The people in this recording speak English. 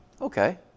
okay